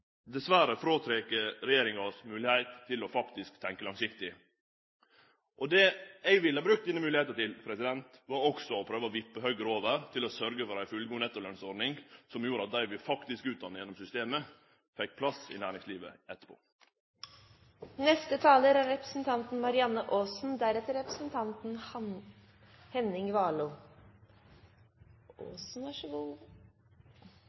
Dessverre tek regjeringa frå oss moglegheita til faktisk å tenkje langsiktig. Det eg ville ha brukt denne moglegheita til, var også å prøve å vippe Høgre over til å sørgje for ei fullgod nettolønnsordning som gjorde at dei vi faktisk utdanna gjennom systemet, fekk plass i næringslivet